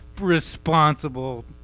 responsible